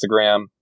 Instagram